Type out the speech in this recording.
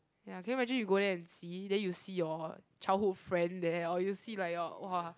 ya can you imagine you go there and see then you see your childhood friend there or you see like your !wah!